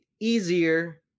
easier